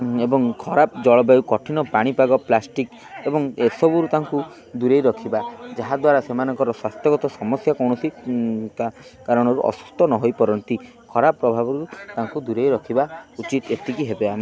ଏବଂ ଖରାପ ଜଳବାୟୁ କଠିନ ପାଣିପାଗ ପ୍ଲାଷ୍ଟିକ ଏବଂ ଏସବୁରୁ ତାଙ୍କୁ ଦୂରେଇ ରଖିବା ଯାହାଦ୍ୱାରା ସେମାନଙ୍କର ସ୍ୱାସ୍ଥ୍ୟଗତ ସମସ୍ୟା କୌଣସି କା କାରଣରୁ ଅସୁସ୍ଥ ନ ହୋଇପାରନ୍ତି ଖରାପ ପ୍ରଭାବରୁ ତାଙ୍କୁ ଦୂରେଇ ରଖିବା ଉଚିତ ଏତିକି ହେବେ ଆମେ